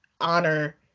honor